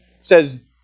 says